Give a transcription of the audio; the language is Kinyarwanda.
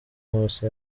nkusi